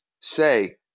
Say